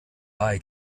bei